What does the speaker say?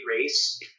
race